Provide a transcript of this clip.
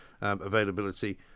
availability